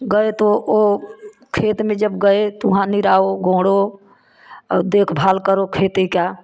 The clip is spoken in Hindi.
गए तो वो खेत में जब गए तो वहाँ निराओ गोड़ों और देखभाल करो खेती का